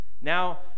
Now